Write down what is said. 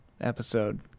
episode